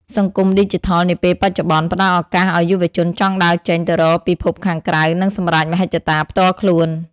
សង្គមឌីជីថលនាពេលបច្ចុប្បន្ន ផ្តល់ឱកាសឱ្យយុវជនចង់ដើរចេញទៅរកពិភពខាងក្រៅ និងសម្រេចមហិច្ឆតាផ្ទាល់ខ្លួន។